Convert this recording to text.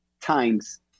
times